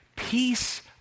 Peace